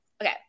Okay